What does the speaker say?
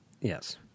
Yes